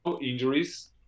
injuries